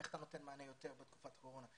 איך אתה נותן מענה יותר בתקופת קורונה,